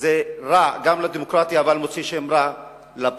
זה רע גם לדמוקרטיה, זה מוציא שם רע לפוליטיקה.